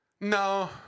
No